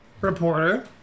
Reporter